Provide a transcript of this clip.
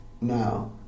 now